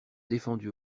défendu